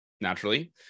naturally